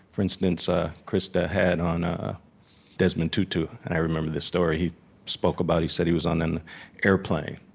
for instance, ah krista had on ah desmond tutu, and i remember this story he spoke about. he said, he was on an airplane,